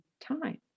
time